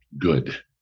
good